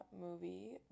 movie